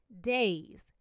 days